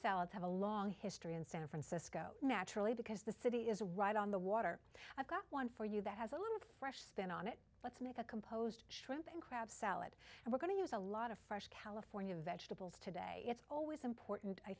who have a long history in san francisco naturally because the city is right on the water i've got one for you that has a lot of fresh spin on it let's make a composed shrimp and crab salad and we're going to use a lot of fresh california vegetables today it's always important i